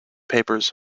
papers